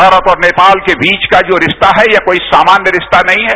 भारत और नेपाल के बीच का जो रिस्ता है ये कोई सामान्य रिस्ता नहीं है